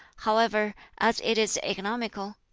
however, as it is economical,